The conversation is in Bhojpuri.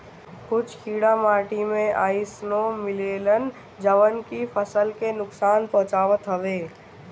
कुछ कीड़ा माटी में अइसनो मिलेलन जवन की फसल के नुकसान पहुँचावत हवे